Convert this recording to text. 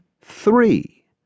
three